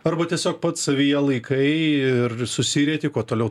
arba tiesiog pats savyje laikai ir susirieti kuo toliau